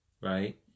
right